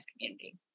community